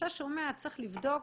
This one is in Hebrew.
כשאתה שומע צריך לבדוק,